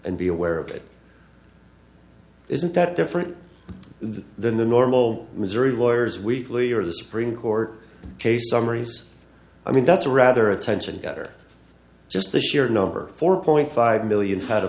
and be aware of it isn't that different than the normal missouri lawyers weekly or the supreme court case summaries i mean that's a rather attention getter just the sheer number four point five million